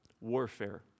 warfare